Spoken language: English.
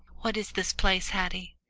what is this place, haddie?